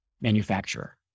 manufacturer